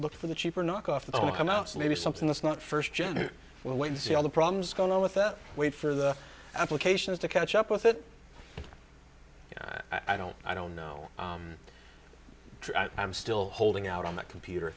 look for the cheaper knock off the mouse maybe something that's not first gen will wait to see all the problems going on with the wait for the applications to catch up with it i don't i don't know i'm still holding out on the computer